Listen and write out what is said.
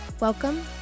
Welcome